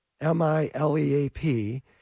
M-I-L-E-A-P